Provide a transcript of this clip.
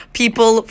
people